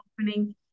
opening